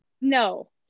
No